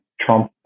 Trump